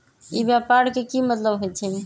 ई व्यापार के की मतलब होई छई?